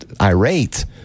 irate